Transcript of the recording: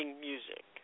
music